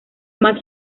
más